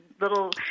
little –